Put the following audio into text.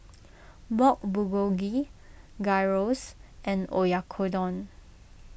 Pork Bulgogi Gyros and Oyakodon